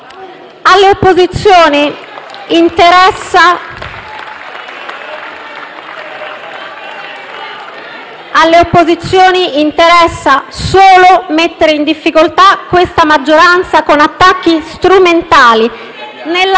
Alle opposizioni interessa solo mettere in difficoltà la maggioranza con attacchi strumentali,